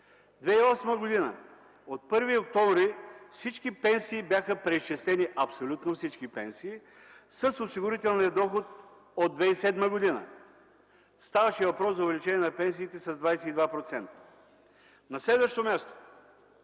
2008-2009 г. От 1 октомври 2008 г. бяха преизчислени абсолютно всички пенсии с осигурителния доход от 2007 г. Ставаше въпрос за увеличение на пенсиите с 22%. На следващо място,